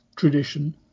tradition